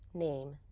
name,